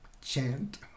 chant